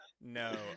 No